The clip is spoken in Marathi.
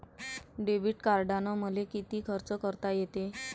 डेबिट कार्डानं मले किती खर्च करता येते?